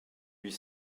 huit